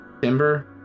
Timber